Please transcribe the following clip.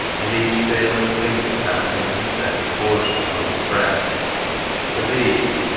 and each fearless link of dancing insects forged upon his breast for these,